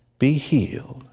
be healed,